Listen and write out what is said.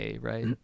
right